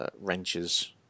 wrenches